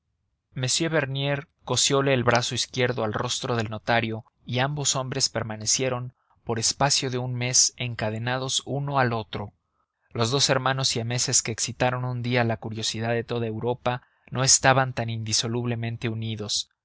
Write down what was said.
m bernier cosiole el brazo izquierdo al rostro del notario y ambos hombres permanecieron por espacio de un mes encadenados uno al otro los dos hermanos siameses que excitaron un día la curiosidad de toda europa no estaban tan indisolublemente unidos